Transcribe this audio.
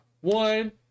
One